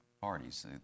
parties